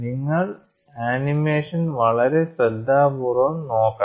നിങ്ങൾ ആനിമേഷൻ വളരെ ശ്രദ്ധാപൂർവ്വം നോക്കണം